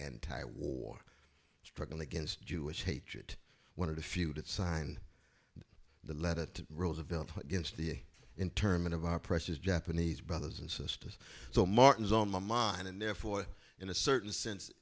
anti war struggle against jewish hatred one of the few that signed the letter to roosevelt against the internment of our precious japanese brothers and sisters so martin's on my mind and therefore in a certain sense